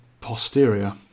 posterior